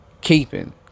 keeping